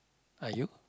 are you